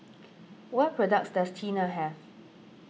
what products does Tena have